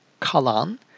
Kalan